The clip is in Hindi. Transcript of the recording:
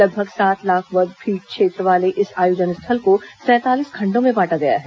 लगभग सात लाख वर्ग फीट क्षेत्र वाले इस आयोजन स्थल को सैंतालीस खंडों में बांटा गया है